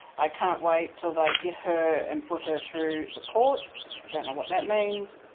i can't wait till they get her and put her through the courts. don't know what that means.